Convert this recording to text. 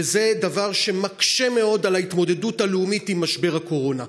וזה דבר שמקשה מאוד את ההתמודדות הלאומית עם משבר הקורונה.